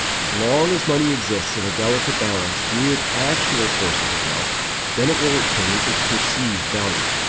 as long as money exists in a delicate balance with actual sources of wealth then it will retain its perceived value.